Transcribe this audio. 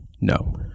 no